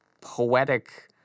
poetic